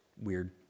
weird